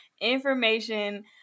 Information